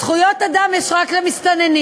זכויות אדם יש רק למסתננים.